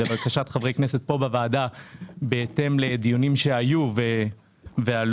לבקשת חברי כנסת פה בוועדה בהתאם לדיונים שהיו ועלו,